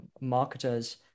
marketers